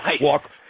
walk